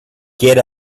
get